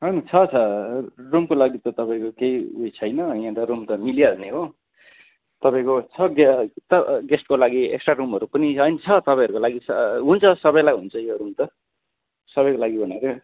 room छ छ रुमको लागि त तपाईँको केही उयो छैन यहाँ त रुम त मिलिहाल्ने हो तपाईँको छ गेस्टको लागि एक्स्ट्रा रुमहरू पनि होइन छ तपाईँहरूको लागि छ हुन्छ सबैलाई हुन्छ यो रुम त सबैको लागि भनेर